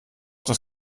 das